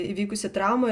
įvykusi trauma